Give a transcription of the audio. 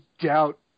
doubt